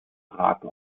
ragen